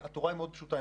התורה היא מאוד פשוטה.